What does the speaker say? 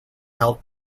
held